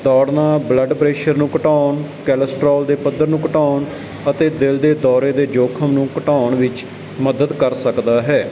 ਦੌੜਨਾ blood pressure ਨੂੰ ਘਟਾਉਣ ਕੈਲਸਟ੍ਰੋਲ ਦੇ ਪੱਧਰ ਨੂੰ ਘਟਾਉਣ ਅਤੇ ਦਿਲ ਦੇ ਦੌਰੇ ਦੇ ਜੋਖਮ ਨੂੰ ਘਟਾਉਣ ਵਿੱਚ ਮਦਦ ਕਰ ਸਕਦਾ ਹੈ